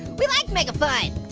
we like mega fun.